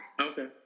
okay